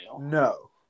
No